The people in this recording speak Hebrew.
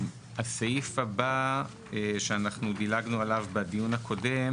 הסעיף הבא שאנחנו דילגנו עליו בדיון הקודם